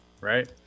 right